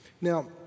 Now